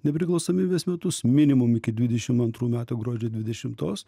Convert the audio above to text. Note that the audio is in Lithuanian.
nepriklausomybės metus minimum iki dvidešim antrų metų gruodžio dvidešimtos